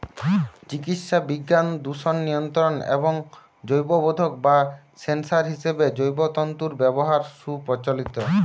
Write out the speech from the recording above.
চিকিৎসাবিজ্ঞান, দূষণ নিয়ন্ত্রণ এবং জৈববোধক বা সেন্সর হিসেবে জৈব তন্তুর ব্যবহার সুপ্রচলিত